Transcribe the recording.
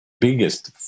biggest